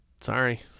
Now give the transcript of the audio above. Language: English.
sorry